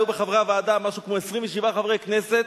היו בחברי הוועדה משהו כמו 27 חברי כנסת.